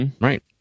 Right